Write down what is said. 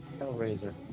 Hellraiser